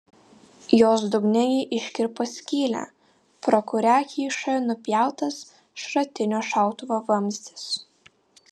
jos dugne ji iškirpo skylę pro kurią kyšojo nupjautas šratinio šautuvo vamzdis